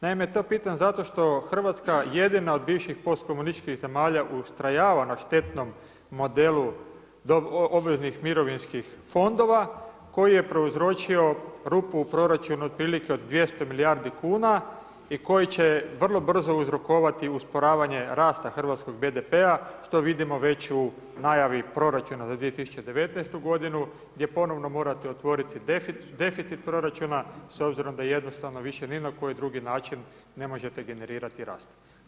Naime, to pitam zato što RH jedina od bivših postkomunističkih zemalja ustrajava na štetnom modelu obveznih mirovinskih fondova koji je prouzročio rupu u proračunu otprilike od 200 milijardi kuna i koji će vrlo brzo uzrokovati usporavanje rasta hrvatskog BDP-a, što vidimo već u najavi proračuna za 2019.godinu, gdje ponovno morate otvoriti deficit proračuna s obzirom da jednostavno više ni na koji drugi način ne možete generirati rast.